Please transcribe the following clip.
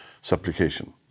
supplication